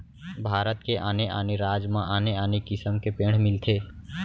भारत के आने आने राज म आने आने किसम के पेड़ मिलथे